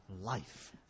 life